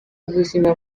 ubuzima